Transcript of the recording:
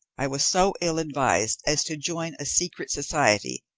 i was so ill-advised as to join a secret society,